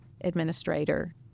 administrator